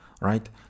right